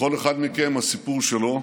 לכל אחד מכם הסיפור שלו,